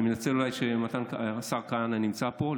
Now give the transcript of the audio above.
אני אולי אנצל את זה שהשר כהנא נמצא פה,